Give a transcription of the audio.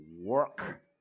work